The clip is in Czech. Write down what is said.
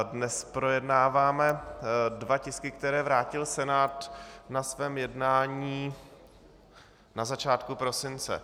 Dnes projednáváme dva tisky, které vrátil Senát na svém jednání na začátku prosince.